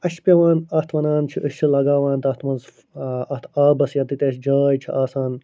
اسہ چھ پیٚوان اتھ ونان چھِ أسۍ چھ لگاوان تتھ مَنٛز اتھ آبَس ییٚتیٚتھ اسہ جاے چھِ آسان